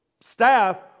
staff